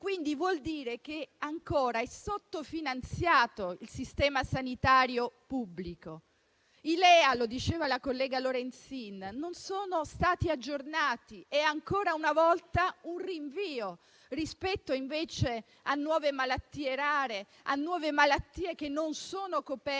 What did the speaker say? quindi vuol dire che è ancora sottofinanziato il sistema sanitario pubblico. I LEA - lo diceva la collega Lorenzin - non sono stati aggiornati e ancora una volta vi è un rinvio rispetto invece a nuove malattie rare, che non sono coperte